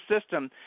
system